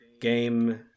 game